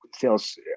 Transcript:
Sales